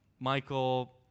Michael